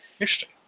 Interesting